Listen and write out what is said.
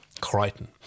Crichton